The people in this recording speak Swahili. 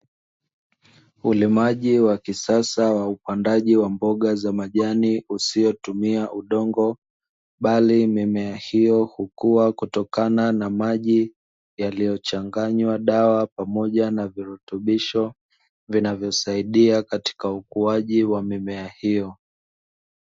Ulimaji wa kisasa wa upandaji wa mboga za majani usiotumia udongo, bali mimea hiyo hukua kutokana na maji yaliyochanganywa dawa pamoja na virutubisho vinavyo saidia katika ukuaji wa mimea hiyo.